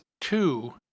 two